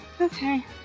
Okay